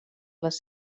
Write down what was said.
les